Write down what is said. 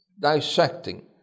dissecting